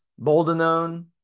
boldenone